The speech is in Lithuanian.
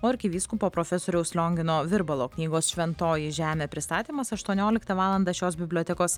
o arkivyskupo profesoriaus liongino virbalo knygos šventoji žemė pristatymas aštuonioliktą valandą šios bibliotekos